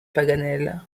paganel